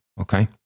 okay